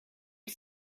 you